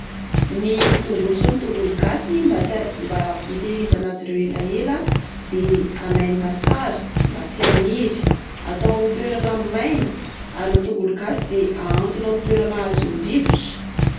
Ny tongolo sy ny tongolo gasy mba tsy mba hitehirizana azy ireo elaela dia hamainina tsara, mba tsy haniry. Atao amin'ny toerana maina. Ary tongolo gasy de ahantona amin'ny toerana azon'ny rivotra.